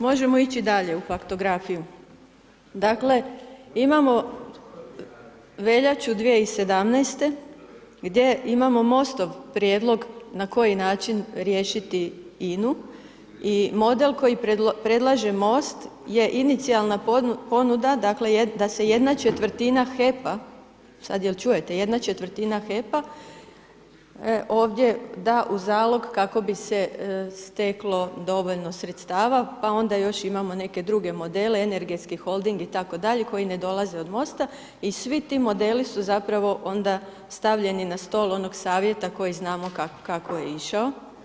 Možemo ići dalje u faktografiju, dakle imamo veljaču 2017. gdje imamo MOST-ov prijedlog na koji način riješiti INU i model koji predlaže MOST je inicijalna ponuda, dakle da se jedna četvrtina HEP-a, sad jel čujete jedna četvrtina HEP-a ovdje da u zalog kako bi se steklo dovoljno sredstava, pa onda imamo još imamo neke druge modele energetski holding itd., koji ne dolaze od MOST-a i svi ti modeli su zapravo onda stavljeni na stol onog savjeta koji znamo kako je išao.